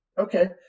okay